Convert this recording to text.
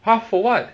ha for what